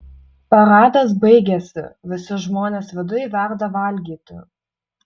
paradas baigėsi visi žmonės viduj verda valgyti